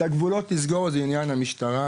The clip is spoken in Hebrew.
את הגבולות תסגור זה עניין למשטרה,